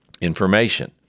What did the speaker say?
information